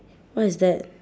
what is that